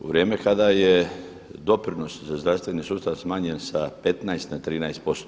U vrijeme kada je doprinos za zdravstveni sustav smanjen sa 15 na 13%